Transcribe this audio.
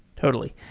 totally.